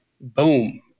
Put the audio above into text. Boom